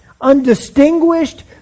undistinguished